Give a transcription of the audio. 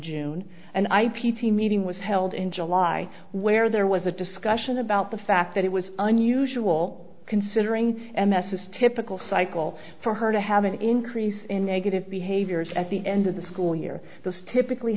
june and i p t a meeting was held in july where there was a discussion about the fact that it was unusual considering m s s typical cycle for her to have an increase in negative behaviors at the end of the school year those typically